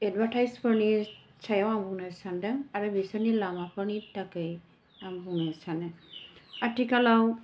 एदभार्टाइसफोरनि सायाव आं बुंनो सान्दों आरो बिसोरनि लामाफोरनि थाखाय आं बुंनो सानो आथिखालाव